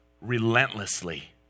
relentlessly